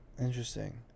Interesting